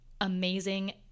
amazing